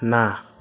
ନା